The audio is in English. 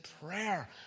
prayer